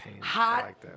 hot